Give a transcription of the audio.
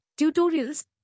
tutorials